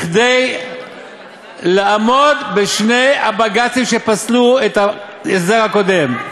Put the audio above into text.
כדי לעמוד בשני הבג"צים שפסלו את ההסדר הקודם.